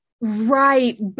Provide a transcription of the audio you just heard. Right